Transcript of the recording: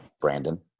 Brandon